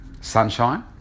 sunshine